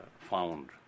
found